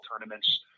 tournaments